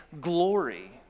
glory